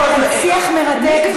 יש כאן שיח מרתק,